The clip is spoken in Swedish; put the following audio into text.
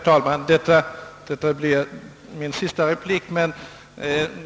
Herr talman! Bara en sista replik!